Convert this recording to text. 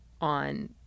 on